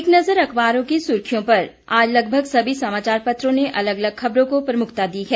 एक नज़र अखबारों की सुर्खियों पर आज लगभग सभी समाचार पत्रों ने अलग अलग खबरों को प्रमुखता दी है